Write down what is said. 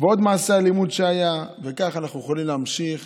עוד מעשה אלימות היה, וכך אנחנו יכולים להמשיך